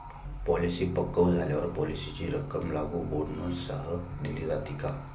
Policy पक्व झाल्यावर पॉलिसीची रक्कम लागू बोनससह दिली जाते का?